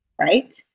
Right